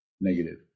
negative